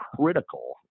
critical